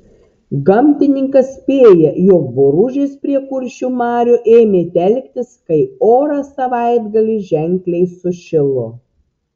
gamtininkas spėja jog boružės prie kuršių marių ėmė telktis kai oras savaitgalį ženkliai sušilo